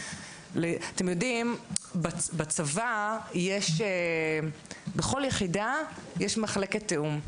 אתם יודעים, בצבא יש בכל יחידה, יש מחלקת תיאום.